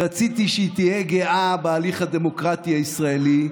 רציתי שהיא תהיה גאה בהליך הדמוקרטי הישראלי,